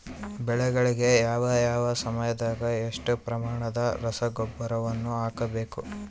ಬೆಳೆಗಳಿಗೆ ಯಾವ ಯಾವ ಸಮಯದಾಗ ಎಷ್ಟು ಪ್ರಮಾಣದ ರಸಗೊಬ್ಬರವನ್ನು ಹಾಕಬೇಕು?